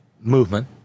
movement